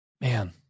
man